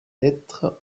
lettres